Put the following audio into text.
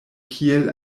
kiel